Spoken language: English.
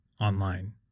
online